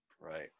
right